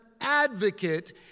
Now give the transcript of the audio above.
advocate